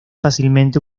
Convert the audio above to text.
fácilmente